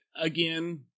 again